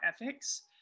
ethics